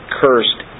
cursed